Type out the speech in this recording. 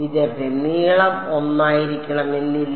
വിദ്യാർത്ഥി നീളം ഒന്നായിരിക്കണമെന്നില്ല